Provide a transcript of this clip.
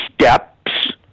steps